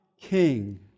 king